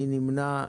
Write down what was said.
מי נמנע?